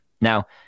now